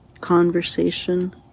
conversation